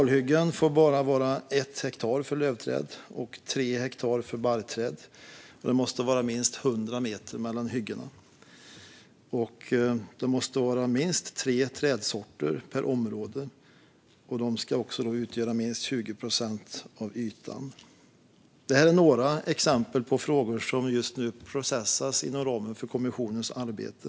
Kalhyggen får bara vara ett hektar när det gäller lövträd och tre hektar när det gäller barrträd. Det måste vara minst 100 meter mellan hyggena. Det måste finnas minst tre trädsorter per område, och de ska utgöra minst 20 procent av ytan. Det här är några exempel på frågor som just nu processas inom ramen för kommissionens arbete.